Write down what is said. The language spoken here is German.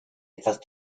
etwas